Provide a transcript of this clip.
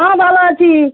হাঁ ভালো আছি